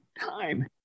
time